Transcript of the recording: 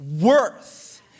worth